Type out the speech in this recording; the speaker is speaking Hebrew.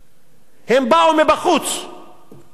הם מנסים להכניס את הגזענות לשם.